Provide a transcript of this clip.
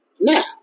now